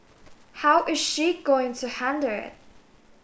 how is she going to handle it